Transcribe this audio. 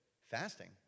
fasting